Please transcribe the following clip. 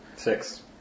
Six